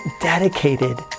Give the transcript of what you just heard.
dedicated